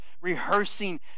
rehearsing